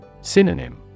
Synonym